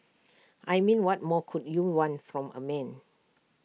I mean what more could you want from A man